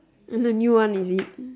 there's a new one is it